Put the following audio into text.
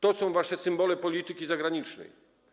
To są wasze symbole polityki zagranicznej.